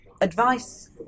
advice